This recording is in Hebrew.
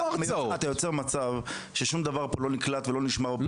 אתה יוצר מצב ששום דבר פה לא נקלט ולא נשמע בפרוטוקול.